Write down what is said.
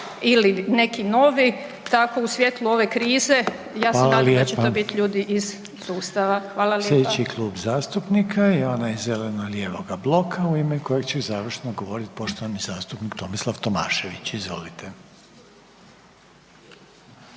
ili neki novi tako u svjetlu ove krize …/Upadica: Hvala lijepa./… ja se nadam da će to biti ljudi iz sustava. Hvala lijepa. **Reiner, Željko (HDZ)** Slijedeći Klub zastupnika je onaj zeleno-lijevoga bloka u ime kojeg će završno govoriti poštovani zastupnik Tomislav Tomašević. Izvolite.